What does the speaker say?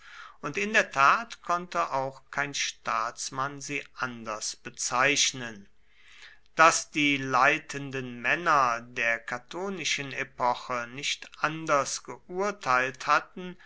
und in der tat konnte auch kein staatsmann sie anders bezeichnen daß die leitenden männer der catonischen epoche nicht anders geurteilt hatten